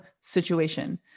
situation